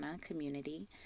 community